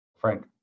Frank